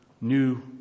new